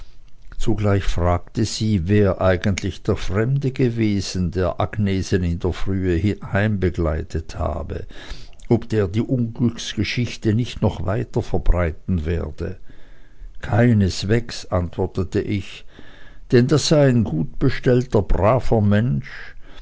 zugleich fragte sie wer eigentlich der fremde gewesen der agnesen in der frühe heimbegleitet habe ob der die unglücksgeschichte nicht noch weiter verbreiten werde keineswegs antwortete ich denn das sei ein gutbestellter braver mensch